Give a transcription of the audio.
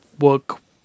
work